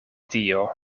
tio